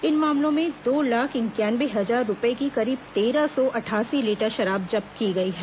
इन मामलों में दो लाख इंक्यानवे हजार रूपये की करीब तेरह सौ अठासी लीटर शराब जब्त की गई है